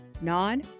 Non